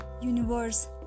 universe